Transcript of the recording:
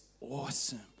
awesome